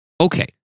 Okay